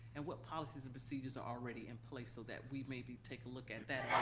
and what policies and procedures are already in place, so that we maybe take a look at that.